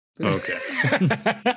okay